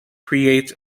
creates